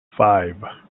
five